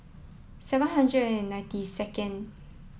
seven hundred and ninety second